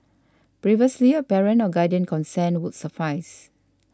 previously a parent or guardian consent would suffice